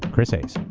chris hayes.